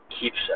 keeps